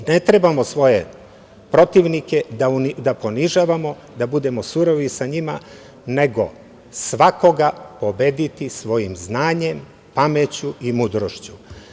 Ne trebamo svoje protivnike da ponižavamo, da budemo surovi sa njima, nego svakoga pobediti svojim znanjem, pameću i mudrošću.